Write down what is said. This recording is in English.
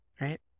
right